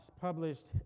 published